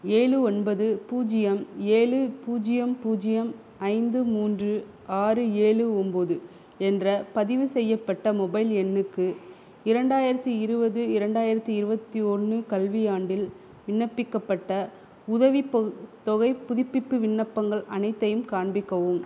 ஏழு ஒன்பது பூஜ்ஜியம் ஏழு பூஜ்ஜியம் பூஜ்ஜியம் ஐந்து மூன்று ஆறு ஏழு ஒம்பது என்ற பதிவுசெய்யப்பட்ட மொபைல் எண்ணுக்கு இரண்டாயிரத்து இருபது இரண்டாயிரத்து இருபத்தி ஒன்று கல்வியாண்டில் விண்ணப்பிக்கப்பட்ட உதவி தொகை புதுப்பிப்பு விண்ணப்பங்கள் அனைத்தையும் காண்பிக்கவும்